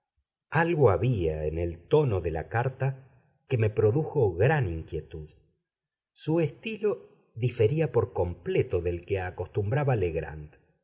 algo había en el tono de la carta que me produjo gran inquietud su estilo difería por completo del que acostumbraba legrand